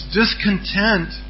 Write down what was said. discontent